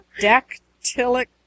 Dactylic